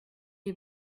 est